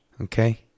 Okay